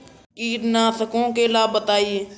कीटनाशकों के लाभ बताएँ?